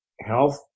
health